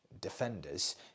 defenders